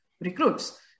recruits